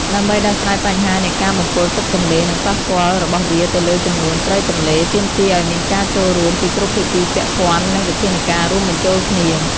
ដើម្បីដោះស្រាយបញ្ហានៃការបំពុលទឹកទន្លេ និងផលប៉ះពាល់របស់វាទៅលើចំនួនត្រីទន្លេ ទាមទារឱ្យមានការចូលរួមពីគ្រប់ភាគីពាក់ព័ន្ធ និងវិធានការរួមបញ្ចូលគ្នា។